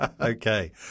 Okay